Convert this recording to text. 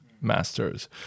masters